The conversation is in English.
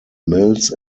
mills